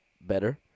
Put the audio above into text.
better